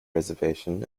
reservation